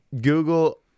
Google